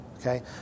okay